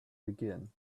begin